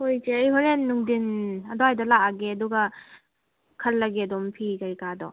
ꯍꯣꯏ ꯏꯆꯦ ꯑꯩ ꯍꯣꯔꯦꯟ ꯅꯨꯡꯊꯤꯜ ꯑꯗ꯭ꯋꯥꯏꯗ ꯂꯥꯛꯑꯒꯦ ꯑꯗꯨꯒ ꯈꯜꯂꯒꯦ ꯑꯗꯨꯝ ꯐꯤ ꯀꯩꯀꯥꯗꯣ